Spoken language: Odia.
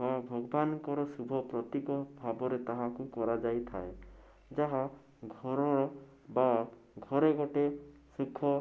ବା ଭଗବାନଙ୍କର ଶୁଭ ପ୍ରତୀକ ଭାବରେ ତାହାକୁ କରାଯାଇ ଥାଏ ଯାହା ଘରର ବା ଘରେ ଗୋଟେ ସୁଖ